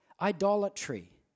idolatry